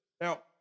now